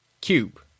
cube